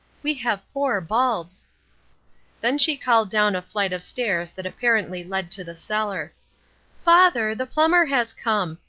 we have four bulbs then she called down a flight of stairs that apparently led to the cellar father, the plumber has come.